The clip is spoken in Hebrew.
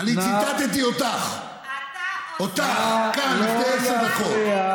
אני ציטטתי אותך, אותך, כאן, לפני עשר דקות.